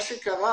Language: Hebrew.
מה שקורה